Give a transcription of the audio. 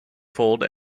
fold